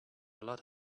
lot